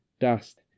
dust